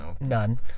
None